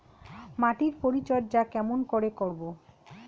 মাটির পরিচর্যা কেমন করে করব?